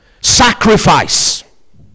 Sacrifice